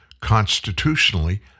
constitutionally